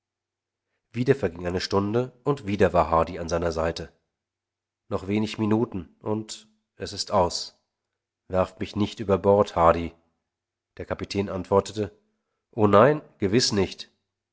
wieder verging eine stunde und wieder war hardy an seiner seite noch wenig minuten und es ist aus werft mich nicht über bord hardy der kapitän antwortete o nein gewiß nicht